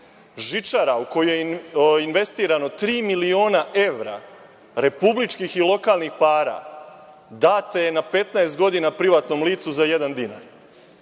žičara u koju je investirano tri miliona evra republičkih i lokalnih para data je na 15 godina privatnom licu za jedan dinar.